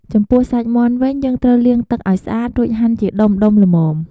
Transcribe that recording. ចំពោះសាច់មាន់វិញ យើងត្រូវលាងទឹកឱ្យស្អាត រួចហាន់ជាដុំៗល្មម។